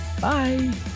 Bye